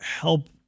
help